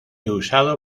usado